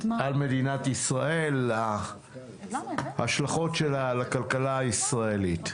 על מדינת ישראל, ההשלכות שלה על הכלכלה הישראלית.